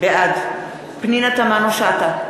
בעד פנינה תמנו-שטה,